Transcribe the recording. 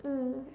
mm